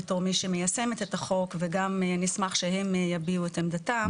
בתור מי שמיישמת את החוק וגם נשמח שהם יביעו את עמדתם.